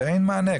ואין מענה.